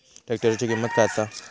ट्रॅक्टराची किंमत काय आसा?